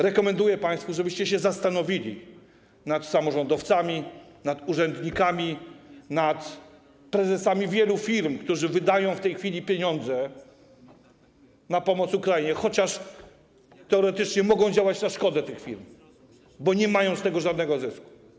Rekomenduję państwu, żebyście się zastanowili nad samorządowcami, nad urzędnikami, nad prezesami wielu firm, którzy wydają w tej chwili pieniądze na pomoc Ukrainie, chociaż teoretycznie mogą działać na szkodę tych firm, bo nie mają z tego żadnego zysku.